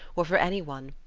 or for any one.